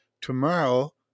tomorrow